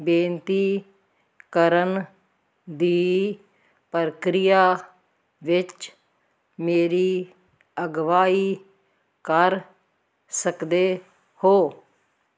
ਬੇਨਤੀ ਕਰਨ ਦੀ ਪ੍ਰਕਿਰਿਆ ਵਿੱਚ ਮੇਰੀ ਅਗਵਾਈ ਕਰ ਸਕਦੇ ਹੋ